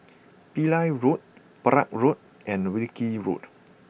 Pillai Road Perak Road and Wilkie Road